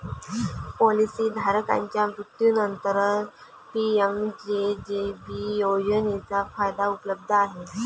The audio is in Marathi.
पॉलिसी धारकाच्या मृत्यूनंतरच पी.एम.जे.जे.बी योजनेचा फायदा उपलब्ध आहे